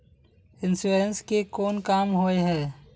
Insurance के कोन काम होय है?